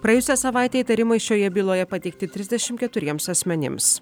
praėjusią savaitę įtarimai šioje byloje pateikti trisdešimt keturiems asmenims